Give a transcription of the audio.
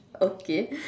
okay